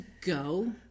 go